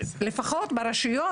לפחות ברשויות,